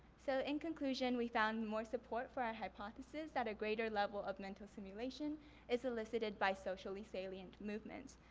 so in conclusion we found more support for our hypothesis that a greater level of mental simulation is elicited by socially salient movements.